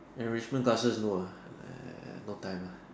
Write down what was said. enrichment classes no ah no time lah